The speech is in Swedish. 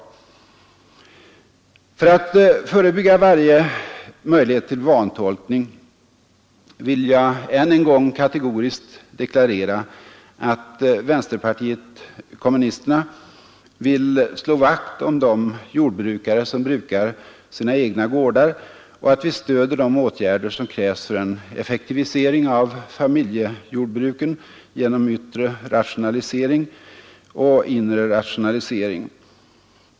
För att förebygga varje möjlighet till vantolkning vill jag än en gång kategoriskt deklarera att vänsterpartiet kommunisterna vill slå vakt om de jordbrukare som brukar sina egna gårdar och att vi stöder de åtgärder som krävs för en effektivisering av familjejordbruken genom yttre rationalisering och inre rationalisering.